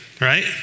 right